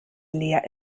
leer